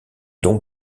don